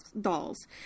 dolls